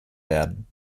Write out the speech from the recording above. werden